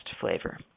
flavor